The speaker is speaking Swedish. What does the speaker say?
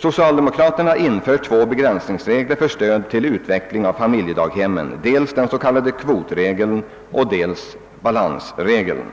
Socialdemokraterna föreslår två begränsningsregler för stöd till utveckling av familjedaghemmen: dels den s.k. kvotregeln och dels balansregeln.